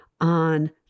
on